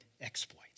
exploits